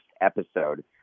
episode